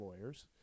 lawyers